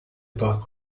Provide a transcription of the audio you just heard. bark